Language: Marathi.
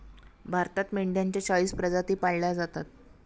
भारतात मेंढ्यांच्या चाळीस प्रजाती पाळल्या जातात